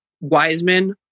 Wiseman